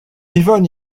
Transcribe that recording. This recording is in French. yvonne